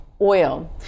oil